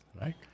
right